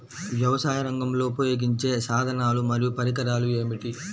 వ్యవసాయరంగంలో ఉపయోగించే సాధనాలు మరియు పరికరాలు ఏమిటీ?